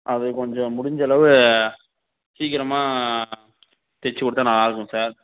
அது கொஞ்சம் முடிஞ்சளவு சீக்கிரமாக தைச்சி கொடுத்தா நல்லாயிருக்கும் சார்